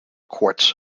quartz